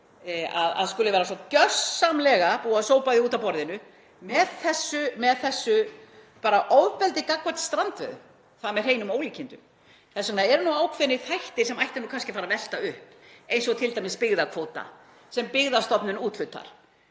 það skuli vera svo gjörsamlega búið að sópa því út af borðinu með þessu ofbeldi gagnvart strandveiðum er með hreinum ólíkindum. Þess vegna eru ákveðnir þættir sem ætti nú kannski að fara að velta upp, eins og t.d. byggðakvóta sem Byggðastofnun úthlutar.